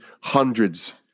hundreds